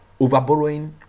overborrowing